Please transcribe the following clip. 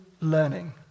learning